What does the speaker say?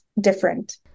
different